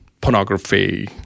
pornography